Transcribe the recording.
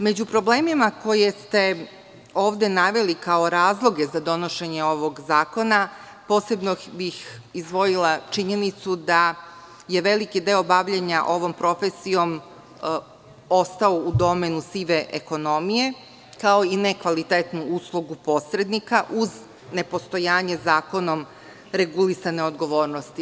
Među problemima koje ste ovde naveli, kao razloge za donošenje ovog zakona, posebno bih izdvojila činjenicu da je veliki deo bavljenja ovom profesijom ostao u domenu sive ekonomije, kao i nekvalitetnu uslugu posrednika, uz nepostojanje zakonom regulisane odgovornosti.